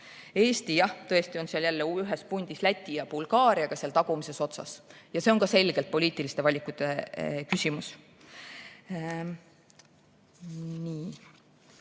Eesti jah tõesti on jälle ühes pundis Läti ja Bulgaariaga tagumises otsas ja see on ka selgelt poliitiliste valikute küsimus.